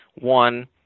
one